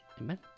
Amen